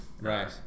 right